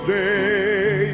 day